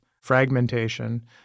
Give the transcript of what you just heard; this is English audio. fragmentation